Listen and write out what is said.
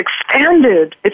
expanded